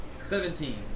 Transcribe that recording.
seventeen